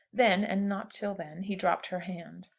then, and not till then, he dropped her hand.